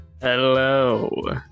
Hello